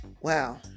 wow